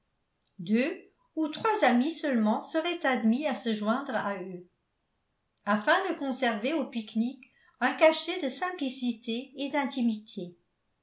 deux ou trois amis seulement seraient admis à se joindre à eux afin de conserver au pique-nique un cachet de simplicité et d'intimité